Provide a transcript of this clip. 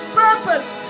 purpose